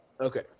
Okay